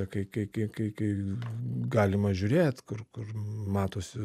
kai kai kai kai galima žiūrėt kur kur matosi